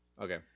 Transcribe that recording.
Okay